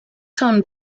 son